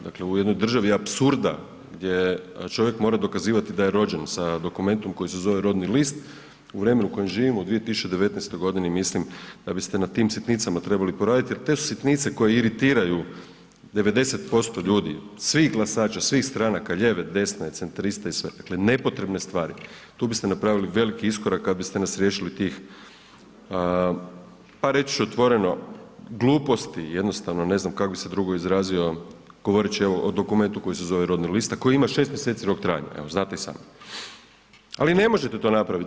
Dakle, u jednoj državi apsurda gdje čovjek mora dokazivati da je rođen sa dokumentom koji se zove rodni list u vremenu u kojem živimo u 2019.g., mislim da biste na tim sitnicama trebali poraditi jer te su sitnice koje iritiraju 90% ljudi svih glasača, svih stranaka, ljeve, desne, centraliste i sve, dakle, nepotrebne stvari, tu biste napravili veliki iskorak kad biste nas riješili tih, pa reći ću otvoreno gluposti jednostavno ne znam kak bi se drugo izrazio govoreći evo o dokumentu koji se zove rodni list, a koji ima 6 mjeseci rok trajanja evo znate i sami, ali ne možete to napraviti.